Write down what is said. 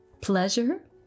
pleasure